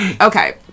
Okay